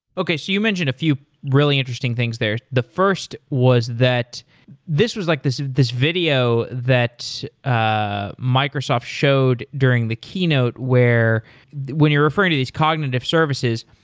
okay, you mentioned a few really interesting things there. the first was that this was like this this video that ah microsoft showed during the keynote where when you're referring to these cognitive services,